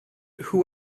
who